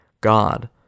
God